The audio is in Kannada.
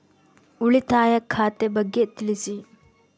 ಉಳಿತಾಯ ಖಾತೆ ಬಗ್ಗೆ ತಿಳಿಸಿ?